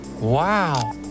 Wow